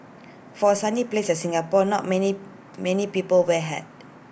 for A sunny place like Singapore not many many people wear A hat